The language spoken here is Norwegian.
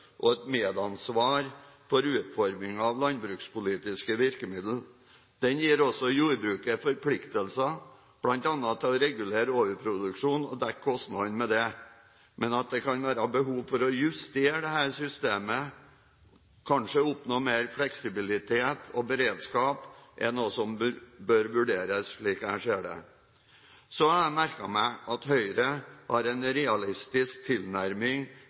og et medansvar for utformingen av landbrukspolitiske virkemidler. Den gir også jordbruket forpliktelser bl.a. til å regulere overproduksjon og dekke kostnadene med dette. Men at det kan være behov for å justere dette systemet, kanskje oppnå mer fleksibilitet og bedre beredskap, er noe som bør vurderes, slik jeg ser det. Så har jeg merket meg at Høyre har en realistisk tilnærming